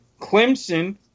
Clemson